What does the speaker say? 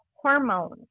hormones